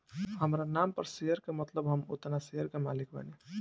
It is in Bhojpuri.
हामरा नाम पर शेयर के मतलब हम ओतना शेयर के मालिक बानी